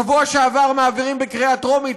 בשבוע שעבר מעבירים בקריאה טרומית,